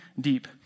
deep